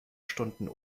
stunden